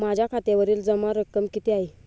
माझ्या खात्यावरील जमा रक्कम किती आहे?